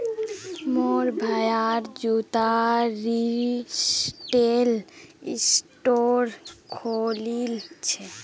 मोर भाया जूतार रिटेल स्टोर खोलील छ